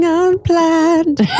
unplanned